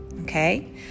okay